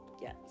Yes